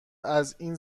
ازاین